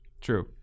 True